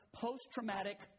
post-traumatic